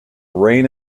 reign